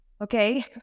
Okay